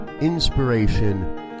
inspiration